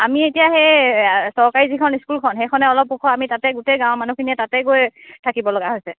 আমি এতিয়া সেই চৰকাৰী যিখন স্কুলখন সেইখনেই অলপ ওখ আমি তাতেই গোটেই গাঁৱৰ মানুহখিনিয়ে তাতে গৈ থাকিব লগা হৈছে